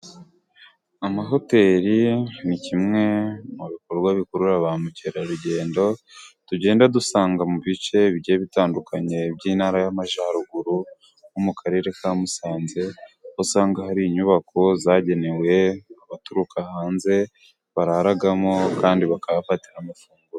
Amahoteli ni kimwe mu bikorwa bikurura ba mukerarugendo tugenda dusanga mu bice bigiye bitandukanye by'intara y'Amajyaruguru nko mu karere ka Musanze aho usanga hari inyubako zagenewe abaturuka hanze bararamo kandi bakahafatira amafunguro.